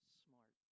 smart